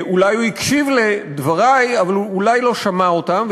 אולי הוא הקשיב לדברי אבל הוא אולי לא שמע אותם,